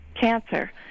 cancer